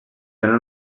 donen